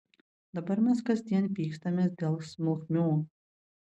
dabar mes kasdien pykstamės dėl smulkmių